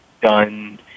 done